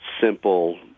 simple